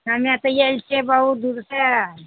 हमे तऽ आएल छिए बहुत दूरसे